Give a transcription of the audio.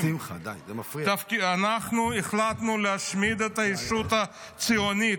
אנחנו החלטנו להשמיד את הישות הציונית.